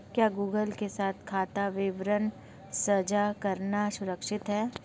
क्या गूगल के साथ खाता विवरण साझा करना सुरक्षित है?